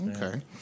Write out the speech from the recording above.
Okay